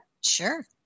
Sure